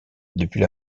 depuis